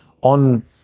on